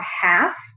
half